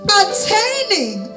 attaining